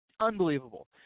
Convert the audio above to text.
unbelievable